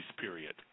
period